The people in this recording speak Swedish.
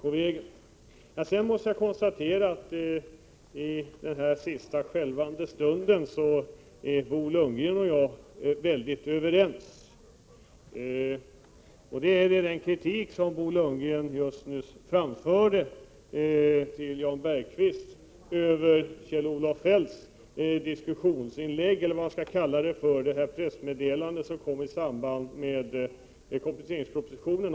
Jag konstaterar att Bo Lundgren och jag i denna sista skälvande stund till stor del är överens. Det gäller den kritik som Bo Lundgren nyss framförde till Jan Bergqvist beträffande Kjell-Olof Feldts debattinlägg, eller vad man skall kalla det pressmeddelande om 1989 års skatter som kom i samband med kompletteringspropositionen.